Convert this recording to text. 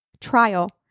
trial